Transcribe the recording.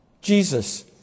Jesus